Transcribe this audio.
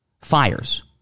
fires